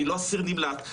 אני לא אסיר נמלט,